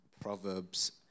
Proverbs